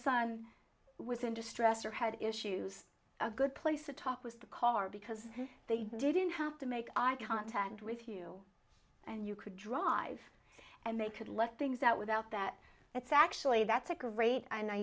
son was in distress or had issues a good place to talk was the car because they didn't have to make eye contact with you and you could drive and they could let things out without that that's actually that's a great and i